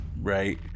Right